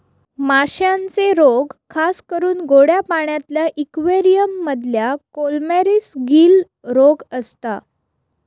माश्यांचे रोग खासकरून गोड्या पाण्यातल्या इक्वेरियम मधल्या कॉलमरीस, गील रोग असता